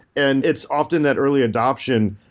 and it's often that early adoption.